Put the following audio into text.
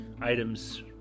items